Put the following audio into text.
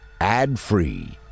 ad-free